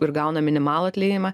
ir gauna minimalų atlyginimą